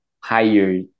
higher